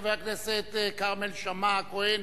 חבר הכנסת כרמל שאמה-הכהן,